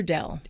Dell